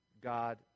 God